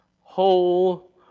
whole